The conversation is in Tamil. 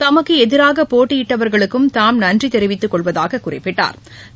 தமக்கு எதிராக போட்டியிட்டவர்களுக்கும் தாம் நன்றி தெரிவித்துக் கொள்வதாகக் குறிப்பிட்டாா்